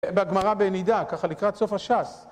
בגמרא בנידה, ככה לקראת סוף השס